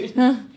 !huh!